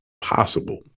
possible